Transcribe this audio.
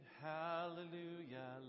hallelujah